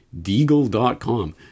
deagle.com